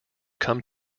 come